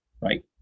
right